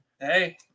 Hey